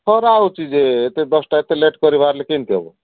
ଖରା ହେଉଛି ଯେ ଏତେ ଦଶଟା ଏତେ ଲେଟ୍ କରି ବାହାରିଲେ କେମିତି ହେବ